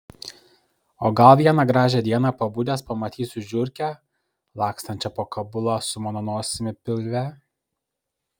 o gal vieną gražią dieną pabudęs pamatysiu žiurkę lakstančią po kabulą su mano nosimi pilve